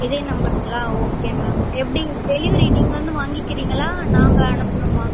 இதே நம்பருங்களா okay ma'am எப்படி டெலிவரி நீங்கள் வந்து வாங்கிக்கிறிங்களா நாங்கள் அனுப்பணுமா